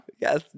Yes